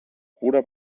pura